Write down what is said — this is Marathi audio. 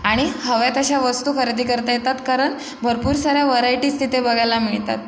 आणि हव्या तशा वस्तू खरेदी करता येतात कारण भरपूर साऱ्या व्हरायटीज तिथे बघायला मिळतात